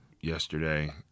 yesterday